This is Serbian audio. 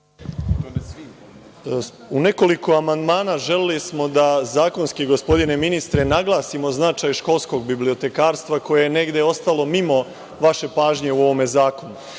U nekoliko amandmana želeli smo da zakonski, gospodine ministre, naglasimo značaj školskog bibliotekarstva koje je negde ostalo mimo vaše pažnje u ovom zakonu.